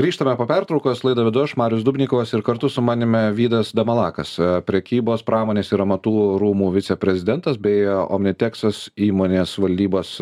grįžtame po pertraukos laidą vedu aš marius dubnikovas ir kartu sumanimi vydas damalakas prekybos pramonės ir amatų rūmų viceprezidentas bei omniteksas įmonės valdybos